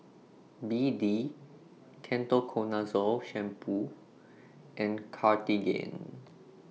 B D Ketoconazole Shampoo and Cartigain